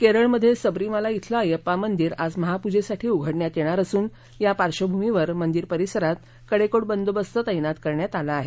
केरळमध्ये सबरीमाला इथलं अय्यप्पा मंदिर आज महापुजेसाठी उघडण्यात येणार असुन त्या पार्श्वभूमीवर मंदिर परिसरात कडेकोट बंदोबस्त तत्तित करण्यात आला आहे